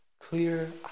clear